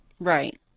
Right